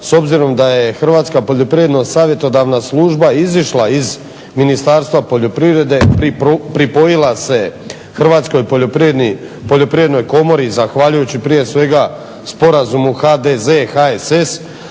s obzirom da je Hrvatska poljoprivredna savjetodavna služba izišla iz Ministarstva poljoprivrede i pripojila se Hrvatskoj poljoprivrednoj komori zahvaljujući prije svega sporazumu HDZ-HSS